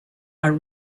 are